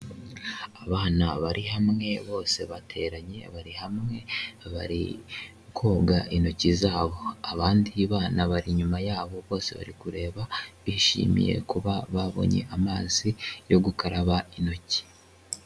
Abana bari hamwe bose bateranye bari hamwe, bari koga intoki zabo. Abandi bana bari inyuma yabo bose bari kureba, bishimiye kuba babonye amazi yo gukaraba intoki.